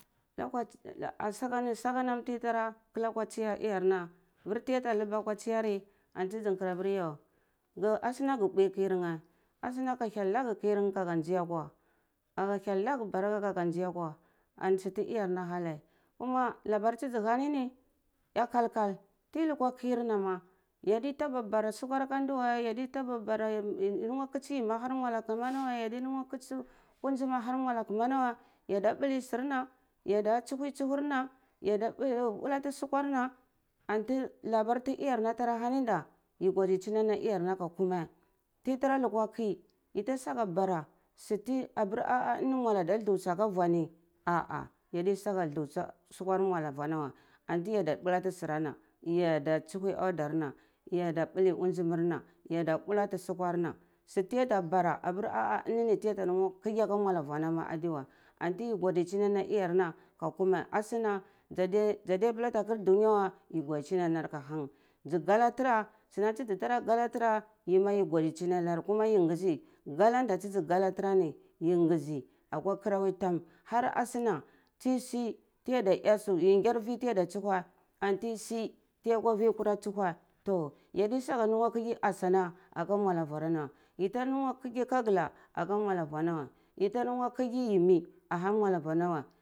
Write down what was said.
Lakwachi ani saka nam tiya tara tsiya iyarna vur tiya ta lubwa akwa tsiyari antuzi karah aper ghu ga suna ghu mbwi kirnah asuna ka hyel naga kimeh ka ga nzi akwa a ka hyel naga barka ka ga nzai akwa an sutu iyar na hanai kuma labar ti zi hanain ni yana kalkal ti lukwa kir na ma yadi tara bara sukwar aka ndi weh yeh ai taba bara bara kha kisi yumi aka mwala kanar na weh ya di luhah kisi ungum aha mwala kama nah weh ya da mbuli surna ya da tsuhu tsuhurna mwalati sukwa na antu labar ti iyar na thra hanai da yi godidini ana iyar na ka kumeh ti tara lokwa ki yi ta saga bara si tu apar mwala thur saka rwa ah ah yadi saka thusti sukwar mwala vwana weh antu yada mbwalati surana yi yada tsuhu audar na ya da mbwali unzun na yada mbwalati sukwar na su ti ya ta mbwara var apar ah ah ini yadi ta ya mwar khgi mwala vwa na weh anti yi ghudichini ana iyar na ka kume ashuna da diya ta kara dunya weh yi ghudichinar ka hang za gala tara sunam ta zi gala tara yi ma yi ghudi chinar ka hang kuma yi ngazi gala tzi gala tara ni yi ngazi akwa kara wai tam har ashuna tisu tiyada eh su yi nga. Vi tiyada tsuheh antu yi sui ti ya kwa vi tiya kwara tsuhwe toh yadi saga khigeh asuna aka vwarna weh yi ta lungu higeh kagala aka mwalar vwar nah weh yi ta lungu khigeh yimi ah har mwak vwar na weh.